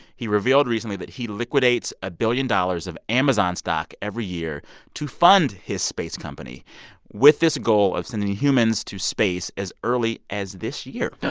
he revealed recently that he liquidates a billion dollars of amazon's stock every year to fund his space company with this goal of sending humans to space as early as this year.